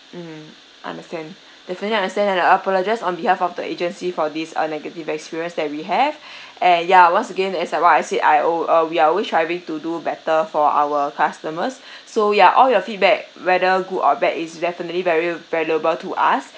mm understand definitely understand and I apologise on behalf of the agency for these uh negative experience that we have and ya once again as I what I said I al~ uh we are always striving to do better for our customers so ya all your feedback whether good or bad is definitely very valuable to us